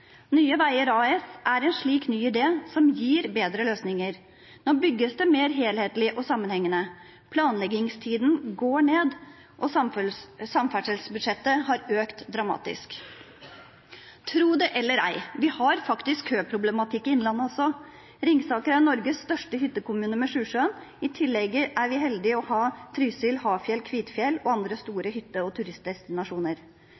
Nye Veier AS er en slik ny idé som gir bedre løsninger. Nå bygges det mer helhetlig og sammenhengende, planleggingstiden går ned, og samferdselsbudsjettet har økt dramatisk. Tro det eller ei, vi har faktisk køproblematikk i innlandet også. Ringsaker er Norges største hyttekommune, med Sjusjøen. I tillegg er vi så heldige å ha Trysil, Hafjell, Kvitfjell og andre